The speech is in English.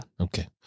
Okay